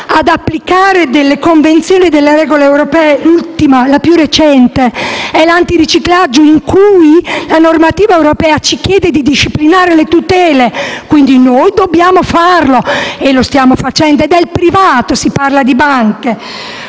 ad applicare convenzioni e regole europee: l'ultima, la più recente, è sull'antiriciclaggio, ambito nel quale la normativa europea ci chiede di disciplinare le tutele; quindi dobbiamo farlo, lo stiamo facendo ed è il privato, si parla di banche.